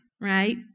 right